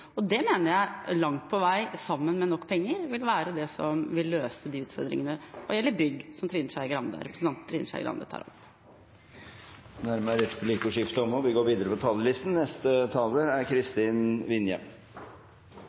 heller. Det mener jeg langt på vei, sammen med nok penger, vil være det som vil løse de utfordringene når det gjelder bygg, som representanten Trine Skei Grande tar opp. Replikkordskiftet er omme. Da jeg begynte å engasjere meg i politikk for alvor, var det ut fra et brennende engasjement for høyere utdanning og